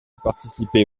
participé